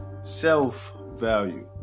self-value